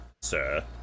sir